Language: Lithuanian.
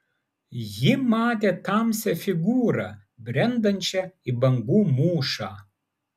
ji matė tamsią figūrą brendančią į bangų mūšą